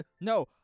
no